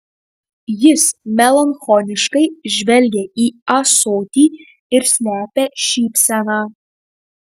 jis melancholiškai žvelgia į ąsotį ir slepia šypseną